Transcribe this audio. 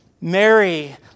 Mary